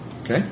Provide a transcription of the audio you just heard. Okay